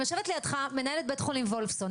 יושבת לידך מנהל בית החולים וולפסון,